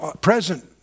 present